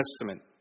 Testament